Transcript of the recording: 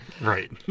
Right